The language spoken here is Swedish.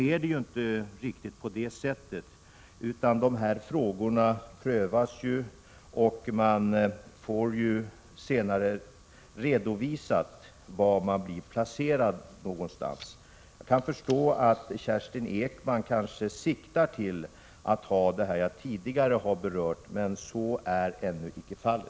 Men det är inte riktigt på det sättet, utan det hela prövas, och man får senare redovisat var man blir placerad någonstans. Jag kan förstå att Kerstin Ekman kanske siktar till att vi skall få en sådan blankett med två rutor att kryssa i, men så har vi det ännu inte.